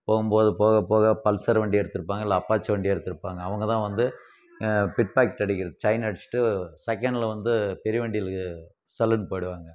போகும்போது போக போக பல்ஸர் வண்டி எடுத்திருப்பாங்க இல்லை அப்பாச்சி வண்டி எடுத்திருப்பாங்க அவங்கதான் வந்து பிட்பாக்கெட் அடிக்கிறது செயின் அடிச்சிட்டு செகண்ட்ல வந்து பெரிய வண்டில சல்லுன்னு போய்டுவாங்கள்